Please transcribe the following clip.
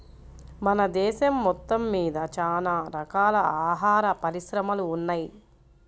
మన దేశం మొత్తమ్మీద చానా రకాల ఆహార పరిశ్రమలు ఉన్నయ్